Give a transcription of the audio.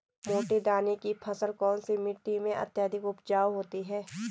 मोटे दाने की फसल कौन सी मिट्टी में अत्यधिक उपजाऊ होती है?